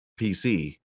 PC